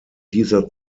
dieser